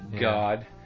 god